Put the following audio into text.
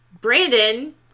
Brandon